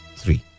three